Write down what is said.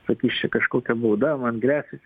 sakys čia kažkokia bauda man gresia